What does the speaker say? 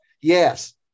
Yes